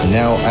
now